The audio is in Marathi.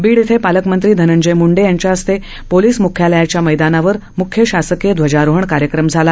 बीड इथं पालकमंत्री धनंजय मुंड यांच्याहस्ते पोलीस मुख्यालयाच्या मैदानावर म्ख्य शासकीय ध्वजारोहण कार्यक्रम झाला